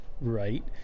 Right